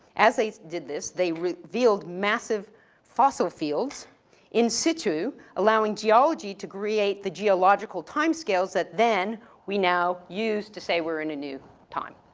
as they did this, they revealed massive fossil fields in situ allowing geology to create the geological time scales that then we now use to say we're in a new time.